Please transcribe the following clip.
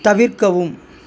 தவிர்க்கவும்